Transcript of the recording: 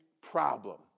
problem